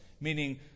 meaning